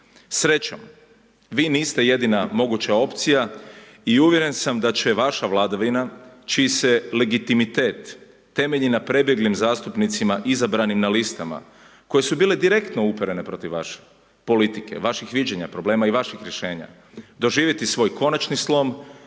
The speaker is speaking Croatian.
Srećom vi niste jedina moguća opcija i uvjeren sam da će vaša vladavina čiji se legitimitet temelji na prebjeglim zastupnicima izabranim na listama koje su bile direktno uperene protiv vaše politike, vaših viđenja problema i vaših rješenja, doživjeti svoj konačni slom